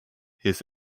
his